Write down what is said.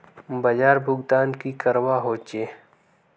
बाजार भुगतान की करवा होचे?